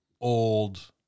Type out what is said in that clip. old